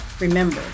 remember